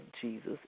Jesus